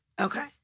Okay